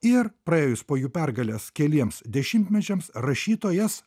ir praėjus po jų pergalės keliems dešimtmečiams rašytojas